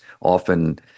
often